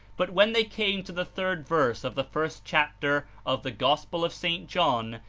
but when they came to the third verse of the first chapter of the gospel of st. john,